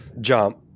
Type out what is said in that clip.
jump